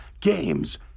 games